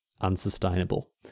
unsustainable